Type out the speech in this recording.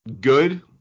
good